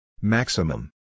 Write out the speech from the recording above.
Maximum